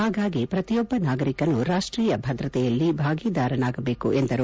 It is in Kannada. ಹಾಗಾಗಿ ಪ್ರತಿಯೊಬ್ಲ ನಾಗರಿಕನೂ ರಾಷ್ಷೀಯ ಭದ್ರತೆಯಲ್ಲಿ ಭಾಗಿದಾರನಾಗಬೇಕು ಎಂದರು